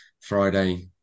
Friday